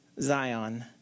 Zion